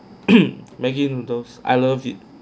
maggie noodles I love it